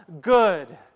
good